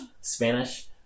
Spanish